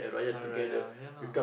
Hari Raya ya lah